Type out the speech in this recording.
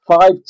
five